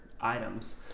items